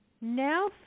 Now